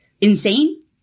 insane